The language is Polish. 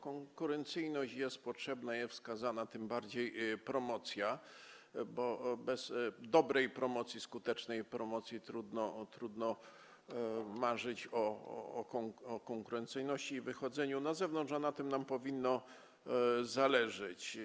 Konkurencyjność jest potrzebna i wskazana, tym bardziej promocja, bo bez dobrej promocji, skutecznej promocji trudno marzyć o konkurencyjności i wychodzeniu na zewnątrz, a na tym nam powinno zależeć.